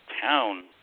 town